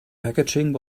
packaging